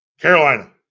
Carolina